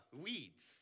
weeds